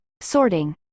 sorting